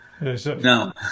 No